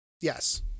Yes